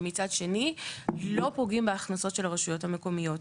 ומצד שני לא פגועים בהכנסות של הרשויות המקומיות.